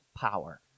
power